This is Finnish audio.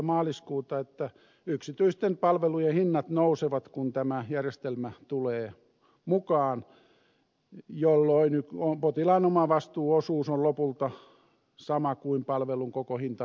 maaliskuuta että yksityisten palvelujen hinnat nousevat kun tämä järjestelmä tulee mukaan jolloin potilaan omavastuuosuus on lopulta sama kuin palvelun koko hinta nykyisin